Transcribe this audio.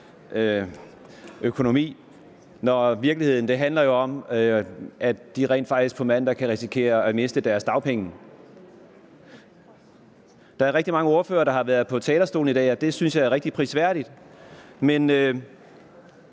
på dem, når virkeligheden er, at de rent faktisk på mandag kan risikere at miste deres dagpenge. Der er rigtig mange ordførere, der har været på talerstolen i dag, og det synes jeg er meget prisværdigt. Men